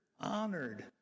honored